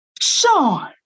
Sean